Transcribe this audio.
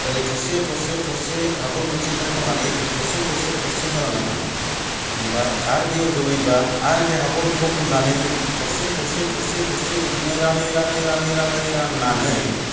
ओरै थरसे थरसे थरसे हाखर मोनसेनिफ्राय खननानै थरसे थरसे थरसे होलांनांगौ ओमफ्राय आरो बैयाव जोबैबाय आरो बै हाखरनिखौ खननानै थरसे थरसे थरसे बिदिनो रानै रानै रानै राननानै